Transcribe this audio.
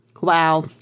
wow